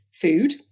food